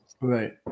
right